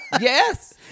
yes